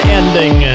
ending